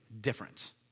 different